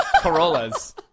Corollas